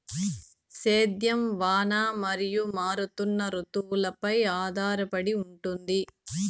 సేద్యం వాన మరియు మారుతున్న రుతువులపై ఆధారపడి ఉంటుంది